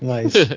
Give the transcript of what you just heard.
Nice